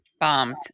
bombed